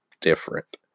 different